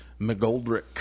McGoldrick